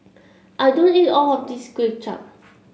I do eat all of this Kway Chap